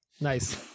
Nice